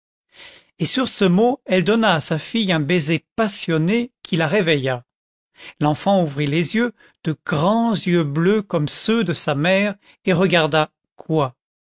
et sur ce mot elle donna à sa fille un baiser passionné qui la réveilla l'enfant ouvrit les yeux de grands yeux bleus comme ceux de sa mère et regarda quoi